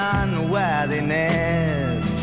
unworthiness